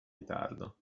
ritardo